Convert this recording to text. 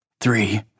three